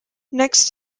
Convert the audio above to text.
next